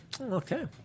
Okay